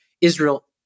Israel